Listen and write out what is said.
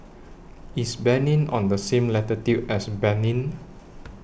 IS Benin on The same latitude as Benin